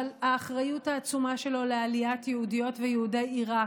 האחריות העצומה שלו לעליית יהודיות ויהודי עיראק,